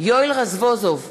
יואל רזבוזוב,